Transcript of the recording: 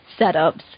setups